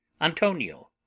Antonio